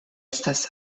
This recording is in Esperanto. estas